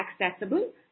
accessible